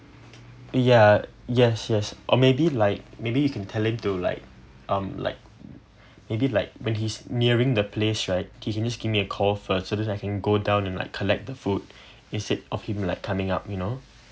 ya yes yes or maybe like maybe you can tell him to like um like maybe like when he's nearing the place right can he just give me a call first so I can go down and like collect the food instead of him like coming up you now